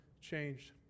changed